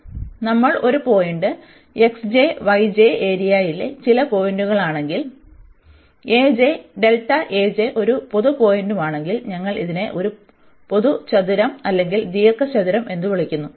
അതിനാൽ നമ്മൾ ഒരു പോയിന്റ് ഏരിയയിലെ ചില പോയിന്റുകളാണെങ്കിൽ ഒരു പൊതു പോയിന്റുമാണെങ്കിൽ ഞങ്ങൾ ഇതിനെ ഒരു പൊതു ചതുരം അല്ലെങ്കിൽ ദീർഘചതുരം എന്ന് വിളിക്കുന്നു